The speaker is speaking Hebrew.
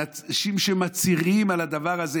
אנשים שמצהירים על הדבר הזה,